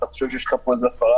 אתה חושב שיש לך פה איזה הפרה,